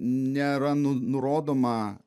nėra nu nurodoma